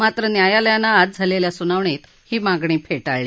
मात्र न्यायालयानं आज झालेल्या सुनावणीत ही मागणी फेटाळली